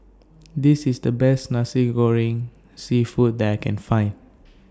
This IS The Best Nasi Goreng Seafood that I Can Find